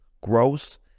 growth